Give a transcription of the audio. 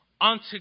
unto